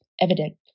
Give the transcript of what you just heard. evident